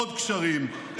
עוד גשרים,